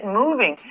moving